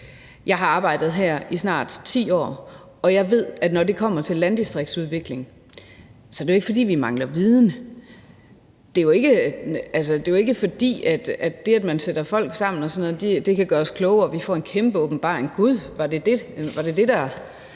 Jeg har arbejdet her i snart 10 år, og jeg ved, at når det kommer til landdistriktsudvikling, er det jo ikke, fordi vi mangler viden. Det er jo ikke, fordi det, at man sætter folk sammen og sådan noget, kan gøre os klogere, så vi får en kæmpe åbenbaring og siger, gud, var det det, der